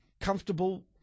comfortable